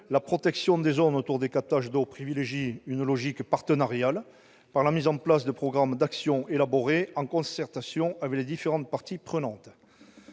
La protection des zones autour des captages d'eau privilégie une logique partenariale par la mise en place de programmes d'actions élaborés en concertation avec les différentes parties prenantes.